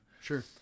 Sure